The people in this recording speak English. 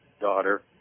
daughter